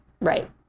right